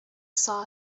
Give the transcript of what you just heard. saw